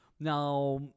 Now